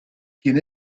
quien